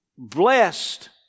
Blessed